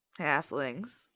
halflings